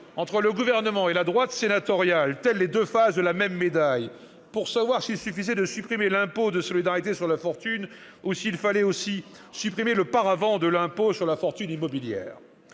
entre le Gouvernement et la droite sénatoriale, qui sont un peu les deux faces de la même médaille, pour savoir s'il suffisait de supprimer l'impôt de solidarité sur la fortune ou s'il fallait aussi supprimer le paravent de l'impôt sur la fortune immobilière.